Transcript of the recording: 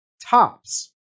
TOPS